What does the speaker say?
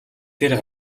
дээрээ